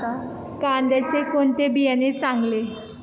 कांद्याचे कोणते बियाणे चांगले?